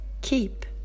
keep